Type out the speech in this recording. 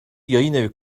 yayınevi